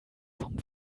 vom